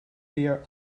their